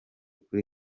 kuri